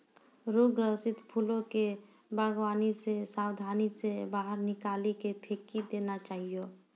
रोग ग्रसित फूलो के वागवानी से साबधानी से बाहर निकाली के फेकी देना चाहियो